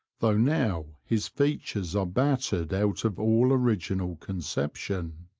though now his features are battered out of all original conception.